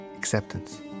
acceptance